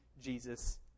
Jesus